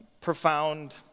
profound